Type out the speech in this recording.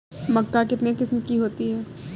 मक्का कितने किस्म की होती है?